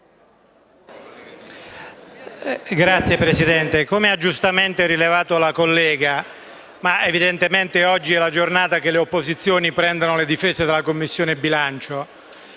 Signora Presidente, come ha giustamente rilevato la collega Comaroli - evidentemente oggi è la giornata in cui le opposizioni prendono le difese della Commissione bilancio